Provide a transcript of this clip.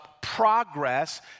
progress